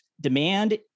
demand